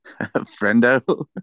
Friendo